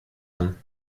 him